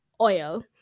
oil